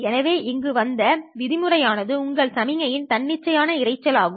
எனவே இங்கு வந்த விதிமுறை ஆனது உங்கள் சமிக்ஞையின் தன்னிச்சையான இரைச்சல் ஆகும்